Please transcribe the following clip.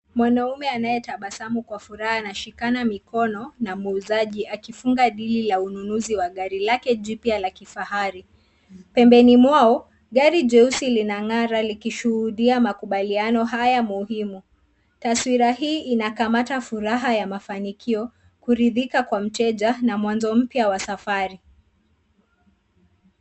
Mwanaume anayetabasamu kwa furaha anashikana mikono na muuzaji akifunga dili la ununuzi wa gari lake jipya la kifahari. Pembeni mwao gari jeusi linang'ara likishuhudia makubaliano haya muhimu. Taswira hii inakamata furaha ya mafanikio, kuridhika kwa mteja na mwanzo mpya wa safari.